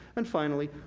and finally,